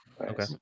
Okay